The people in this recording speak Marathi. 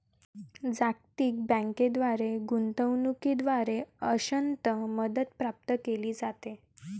जागतिक बँकेद्वारे गुंतवणूकीद्वारे अंशतः मदत प्राप्त केली जाते